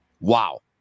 wow